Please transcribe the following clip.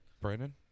Brandon